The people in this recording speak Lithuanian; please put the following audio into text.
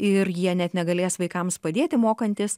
ir jie net negalės vaikams padėti mokantis